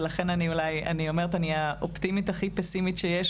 ולכן אני אומרת שאני האופטימית הכי פסימית שיש,